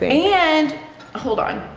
and hold on.